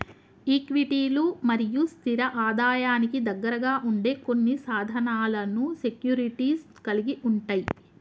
ఈక్విటీలు మరియు స్థిర ఆదాయానికి దగ్గరగా ఉండే కొన్ని సాధనాలను సెక్యూరిటీస్ కలిగి ఉంటయ్